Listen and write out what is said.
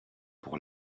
pour